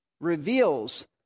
Reveals